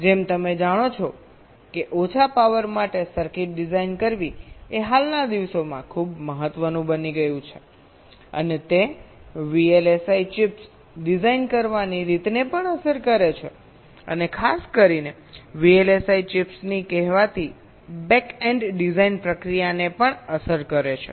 જેમ તમે જાણો છો કે ઓછા પાવર માટે સર્કિટ ડિઝાઇન કરવી એ હાલના દિવસોમાં ખૂબ મહત્વનું બની ગયું છે અને તે VLSI ચિપ્સ ડિઝાઇન કરવાની રીતને પણ અસર કરે છે અને ખાસ કરીને VLSI ચિપ્સની કહેવાતી બેક એન્ડ ડિઝાઈન પ્રક્રિયાને પણ અસર કરે છે